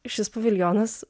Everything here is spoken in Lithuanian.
šis paviljonas